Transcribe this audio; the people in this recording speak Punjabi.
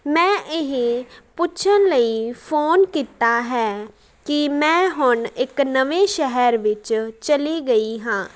ਮੈਂ ਇਹ ਪੁੱਛਣ ਲਈ ਫੋਨ ਕੀਤਾ ਹੈ ਕਿ ਮੈਂ ਹੁਣ ਇੱਕ ਨਵੇਂ ਸ਼ਹਿਰ ਵਿੱਚ ਚਲੀ ਗਈ ਹਾਂ